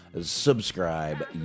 Subscribe